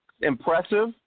impressive